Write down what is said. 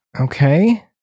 Okay